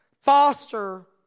foster